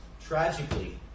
Tragically